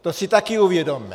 To si také uvědomme.